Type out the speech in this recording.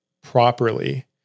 properly